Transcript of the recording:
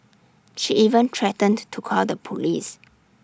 she even threatened to call the Police